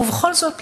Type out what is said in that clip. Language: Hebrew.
ובכל זאת,